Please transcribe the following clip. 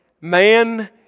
man